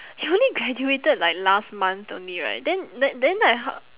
you only graduated like last month only right then the~ then like ho~